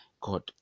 god